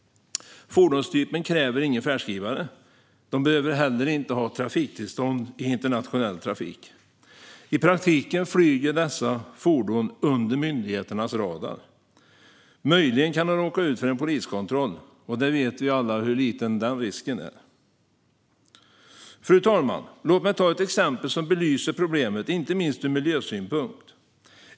Fordonstypen kräver ingen färdskrivare, och de behöver heller inte ha trafiktillstånd i internationell trafik. I praktiken flyger dessa fordon under myndigheternas radar. Möjligen kan de råka ut för en poliskontroll, men vi vet alla hur liten den risken är. Fru talman! Låt mig ta ett exempel som belyser problemet inte minst ur miljösynpunkt.